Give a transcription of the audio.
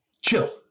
chill